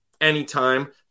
anytime